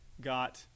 got